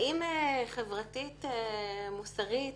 האם חברתית-מוסרית